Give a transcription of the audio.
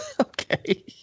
Okay